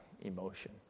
emotion